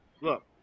Look